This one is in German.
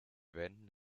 wänden